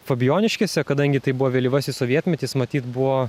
fabijoniškėse kadangi tai buvo vėlyvasis sovietmetis matyt buvo